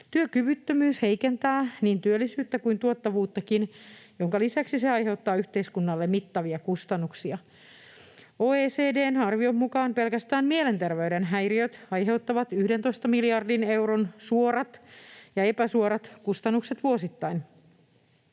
Työkyvyttömyys heikentää niin työllisyyttä kuin tuottavuuttakin, minkä lisäksi se aiheuttaa yhteiskunnalle mittavia kustannuksia. OECD:n arvion mukaan pelkästään mielenterveyden häiriöt aiheuttavat 11 miljardin euron suorat ja epäsuorat kustannukset vuosittain.